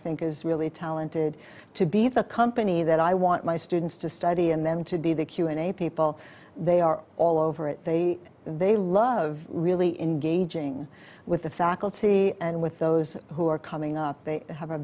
think is really talented to be the company that i want my students to study and then to be the q and a people they are all over it they love really engaging with the faculty and with those who are coming up they have a